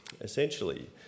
Essentially